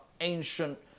ancient